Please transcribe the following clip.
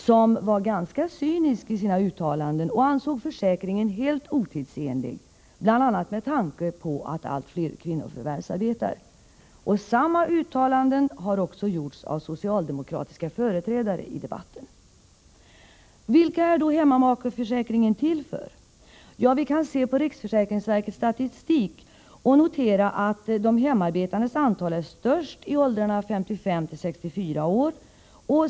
Den senare är ganska cynisk i sina uttalanden och anser försäkringen som helt otidsenlig, bl.a. med tanke på att allt fler kvinnor förvärvsarbetar. Samma uttalanden har också gjorts av socialdemokratiska företrädare i debatten. Vilka är då hemmamakeförsäkringen till för? Ja, vi kan se på riksförsäkringsverkets statistik och notera att de hemarbetandes antal är störst i åldrarna 55-64 år.